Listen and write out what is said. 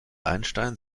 einstein